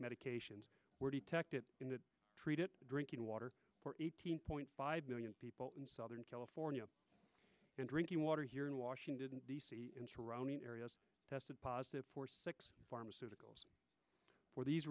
medications were detected in the treated drinking water for eighteen point five million people in southern california and drinking water here in washington d c and surrounding areas tested positive for pharmaceuticals for these